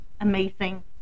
amazing